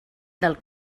del